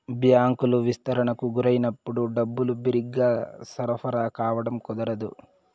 బ్యాంకులు విస్తరణకు గురైనప్పుడు డబ్బులు బిరిగ్గా సరఫరా కావడం కుదరదు